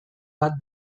bat